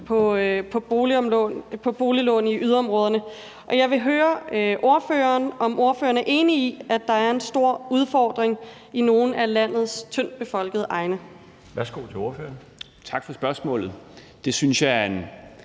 på boliglån i yderområderne, og jeg vil høre ordføreren, om ordføreren er enig i, at der er en stor udfordring i nogle af landets tyndtbefolkede egne. Kl. 21:07 Den fg. formand (Bjarne